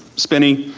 spinney,